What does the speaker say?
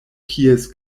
kies